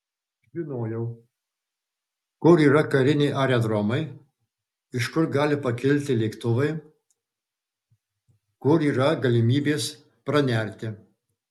žinojau kur yra kariniai aerodromai iš kur gali pakilti lėktuvai kur yra galimybės pranerti